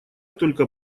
только